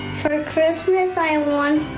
christmas island one.